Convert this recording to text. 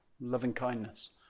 loving-kindness